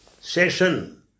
Session